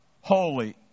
holy